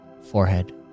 forehead